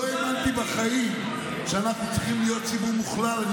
לא האמנתי בחיים שאנחנו צריכים להיות ציבור מוכלל.